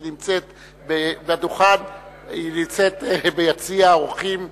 היא נמצאת על הדוכן, היא נמצאת ביציע האורחים.